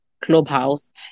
clubhouse